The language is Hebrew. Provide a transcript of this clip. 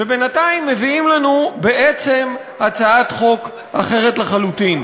ובינתיים מביאים לנו בעצם הצעת חוק אחרת לחלוטין.